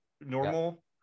normal